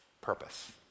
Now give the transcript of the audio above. purpose